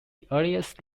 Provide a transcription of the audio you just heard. earliest